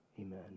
Amen